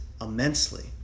immensely